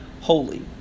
holy